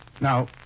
Now